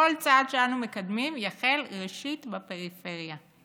כל צעד שאנו מקדמים יחל ראשית בפריפריה: